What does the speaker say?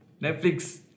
Netflix